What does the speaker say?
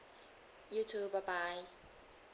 you too bye bye